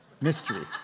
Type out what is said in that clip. Mystery